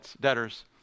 debtors